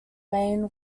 main